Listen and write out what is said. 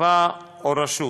נפה או רשות,